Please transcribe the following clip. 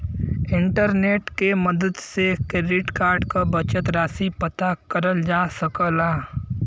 internet के मदद से क्रेडिट कार्ड क बचल राशि पता करल जा सकला